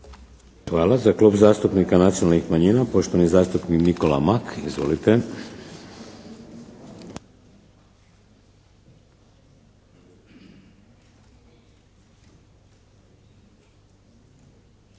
Hvala. Za Klub zastupnika nacionalnih manjina poštovani zastupnik Nikola Mak. Izvolite. **Mak,